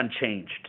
unchanged